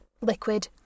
liquid